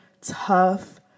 tough